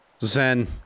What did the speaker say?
Zen